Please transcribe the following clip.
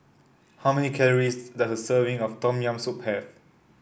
how many calories does a serving of Tom Yam Soup have